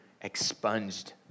expunged